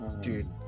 Dude